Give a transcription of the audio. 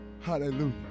Hallelujah